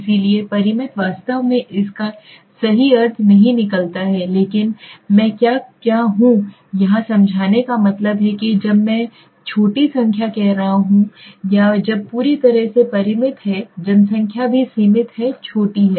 इसलिए परिमित वास्तव में इसका सही अर्थ नहीं निकालता है लेकिन मैं क्या हूं यहाँ समझाने का मतलब है कि जब मैं छोटी संख्या कह रहा हूँ या जब पूरी तरह से परिमित है जनसंख्या भी सीमित है छोटी है